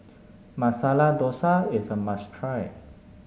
Masala Dosa is a must try